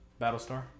Battlestar